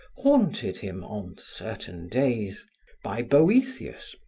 haunted him on certain days by boethius,